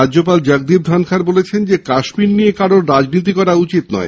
রাজ্যপাল জগদীপ ধনখড় বলেছেন কাশ্মীর নিয়ে কারোর রাজনীতি করা উচিত নয়